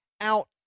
out